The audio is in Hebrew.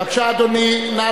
בבקשה, אדוני, נא